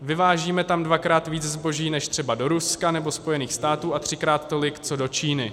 Vyvážíme tam dvakrát více zboží než třeba do Ruska nebo Spojených států a třikrát tolik co do Číny.